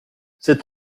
cette